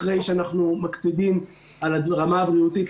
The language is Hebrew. אחרי שאנחנו מקפידים על הרמה הבריאותית,